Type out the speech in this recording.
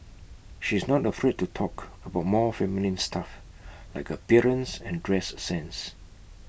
she is not afraid to talk about more feminine stuff like her appearance and dress sense